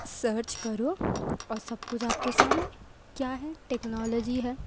search کرو سب اور کچھ آپ کے سامنے کیا ہے ٹیکنالوجی ہے